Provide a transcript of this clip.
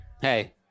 Hey